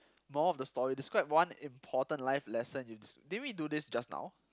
moral of the story describe one important life lesson you s~ didn't we to this just now